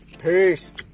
Peace